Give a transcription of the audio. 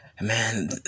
man